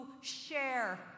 share